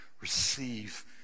receive